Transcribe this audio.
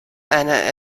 einer